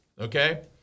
Okay